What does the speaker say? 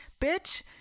bitch